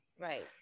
Right